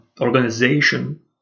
Organization